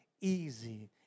easy